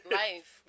life